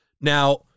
Now